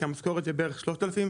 כי המשכורת היא בערך 3,000-3,500.